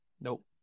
Nope